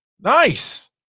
Nice